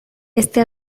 este